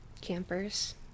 Campers